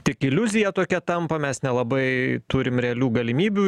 tik iliuzija tokia tampa mes nelabai turim realių galimybių